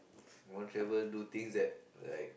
I want to travel do things that like